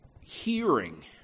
hearing